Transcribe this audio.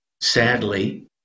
Sadly